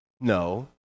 No